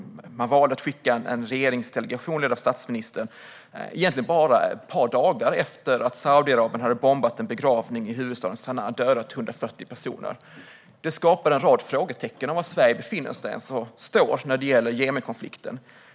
Man valde att skicka en regeringsdelegation ledd av statsministern bara ett par dagar efter det att Saudiarabien hade bombat en begravning i huvudstaden Sana och dödat 140 personer. Detta skapar en rad frågetecken om var Sverige står när det gäller Jemenkonflikten.